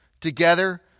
together